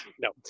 No